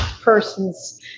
person's